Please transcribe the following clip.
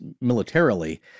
militarily